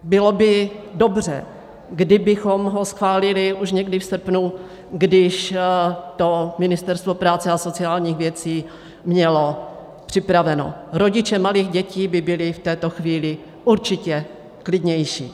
Bylo by dobře, kdybychom ho schválili už někdy v srpnu, když to Ministerstvo práce a sociálních věci mělo připraveno, rodiče malých dětí by byly v této chvíli určitě klidnější.